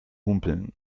humpeln